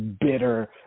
bitter